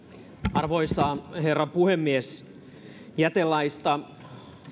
arvoisa herra puhemies jätelaista